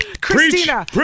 Christina